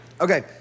Okay